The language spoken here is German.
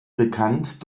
bekannt